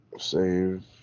save